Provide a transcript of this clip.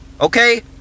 okay